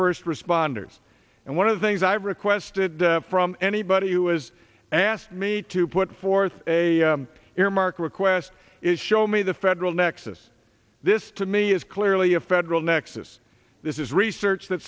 first responders and one of the things i've requested from anybody who is asked me to put forth a earmark request is show me the federal nexus this to me is clearly a federal nexus this is research that